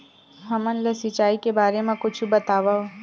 हमन ला सिंचाई के बारे मा कुछु बतावव?